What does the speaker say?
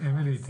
אמילי,